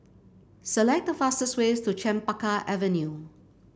select the fastest way to Chempaka Avenue